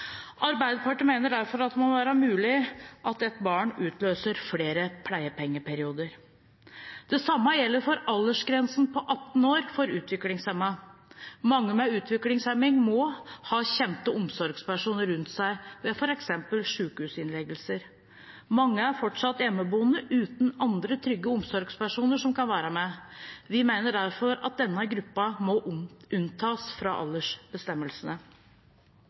Arbeiderpartiet mener derfor det må være mulig at et barn utløser flere pleiepengeperioder. Det samme gjelder aldersgrensen på 18 år for utviklingshemmede. Mange med utviklingshemning må ha kjente omsorgspersoner rundt seg ved f.eks. sykehusinnleggelser. Mange er fortsatt hjemmeboende uten andre trygge omsorgspersoner som kan være med. Vi mener derfor at denne gruppen må unntas fra